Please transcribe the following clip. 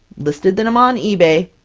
listed them on ebay,